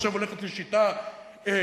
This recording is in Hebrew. עכשיו הולכת לשיטה אזורית?